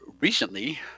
recently